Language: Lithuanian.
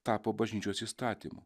tapo bažnyčios įstatymu